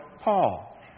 Paul